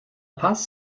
paz